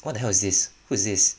what the hell is this who's this